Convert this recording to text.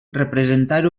representar